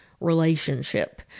relationship